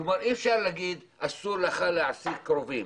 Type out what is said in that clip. כבר אי אפשר להגיד, אסור לך להעסיק קרובים.